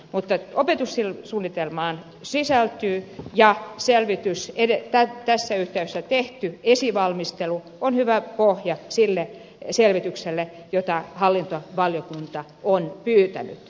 mutta opetussuunnitelmaan se sisältyy ja tässä yhteydessä tehty esivalmistelu on hyvä pohja sille selvitykselle jota hallintovaliokunta on pyytänyt